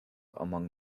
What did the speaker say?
among